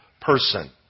person